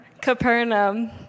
Capernaum